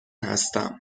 هستم